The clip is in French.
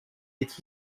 est